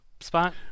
spot